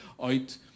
out